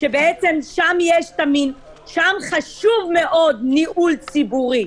-- ששם חשוב מאוד ניהול ציבורי.